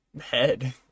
head